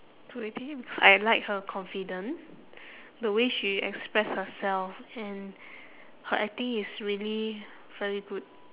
zoe tay because I like her confident the way she express herself and her acting is really very good